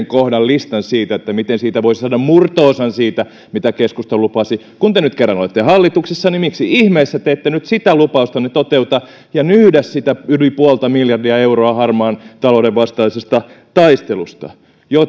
kohdan listan siitä miten siitä voisi saada murto osan siitä mitä keskusta lupasi kun te nyt kerran olette hallituksessa niin miksi ihmeessä te ette nyt sitä lupaustanne toteuta ja nyhdä sitä yli puolta miljardia euroa harmaan talouden vastaisesta taistelusta